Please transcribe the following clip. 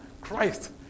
Christ